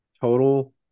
total